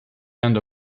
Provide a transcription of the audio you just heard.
andò